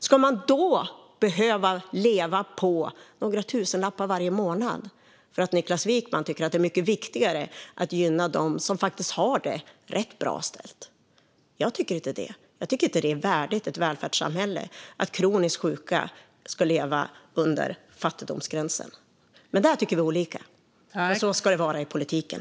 Ska de då behöva leva på några tusenlappar varje månad för att Niklas Wykman tycker att det är mycket viktigare att gynna dem som har det rätt bra ställt? Jag tycker inte det. Jag tycker inte att det är värdigt ett välfärdssamhälle att kroniskt sjuka ska leva under fattigdomsgränsen. Men där tycker vi olika, och så ska det vara i politiken.